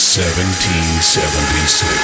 1776